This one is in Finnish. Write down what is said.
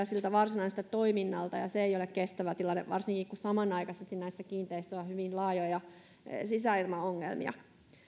siltä varsinaiselta toiminnalta ja se ei ole kestävä tilanne varsinkin kun samanaikaisesti näissä kiinteistöissä on hyvin laajoja sisäilmaongelmia